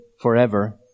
forever